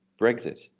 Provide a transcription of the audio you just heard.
Brexit